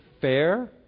fair